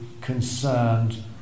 concerned